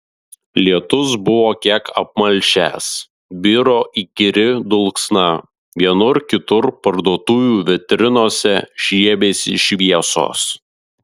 lietus buvo kiek apmalšęs biro įkyri dulksna vienur kitur parduotuvių vitrinose žiebėsi šviesos